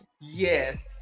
Yes